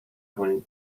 کنی